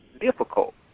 difficult